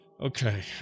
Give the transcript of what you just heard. Okay